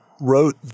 wrote